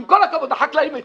עם כל הכבוד, החקלאים מתים,